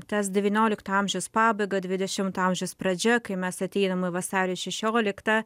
tas devyniolikto amžiaus pabaiga dvidešimtojo amžiaus pradžia kai mes ateinam į vasario šešioliktą